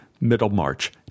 Middlemarch